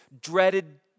dreaded